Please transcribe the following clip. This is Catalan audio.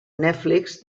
netflix